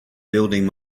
building